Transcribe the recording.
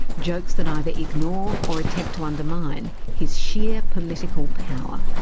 jokes that either ignore or attempt to undermine his sheer political power.